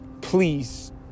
please